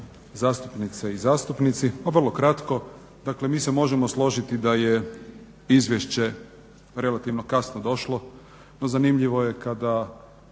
zastupnice i zastupnici. Pa vrlo kratko, dakle mi se možemo složiti da je Izvješće relativno kasno došlo no zanimljivo je kada